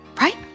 Right